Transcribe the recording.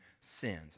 sins